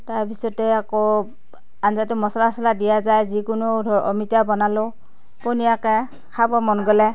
তাৰপিছতে আকৌ আঞ্জাটো মছলা চছলা দিয়া যায় যিকোনো ধৰ অমিতা বনালোঁ পনীয়াকৈ খাব মন গ'লে